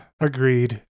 Agreed